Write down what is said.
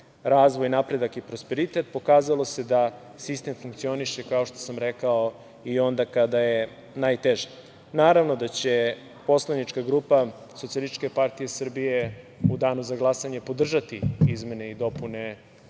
razvoj, napredak i prosperitet. Pokazalo se da sistem funkcioniše, kao što sam rekao, i onda kada je najteže. Naravno da će Poslanička grupa SPS u danu za glasanje podržati izmene i dopune